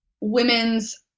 women's